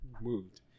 moved